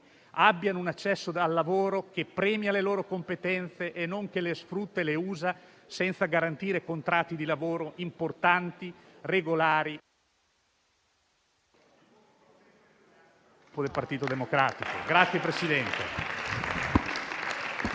abbiano un accesso al lavoro che premi le loro competenze e non le sfrutti e le usi senza garantire contratti di lavoro importanti, regolari...